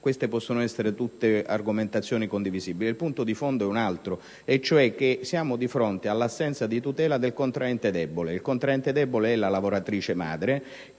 queste possono essere tutte argomentazioni condivisibili. Il punto di fondo è un altro: siamo di fronte all'assenza di tutela del contraente debole, la lavoratrice madre,